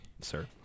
sir